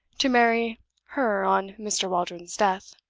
to marry her on mr. waldron's death.